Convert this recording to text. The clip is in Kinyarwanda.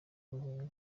guhunga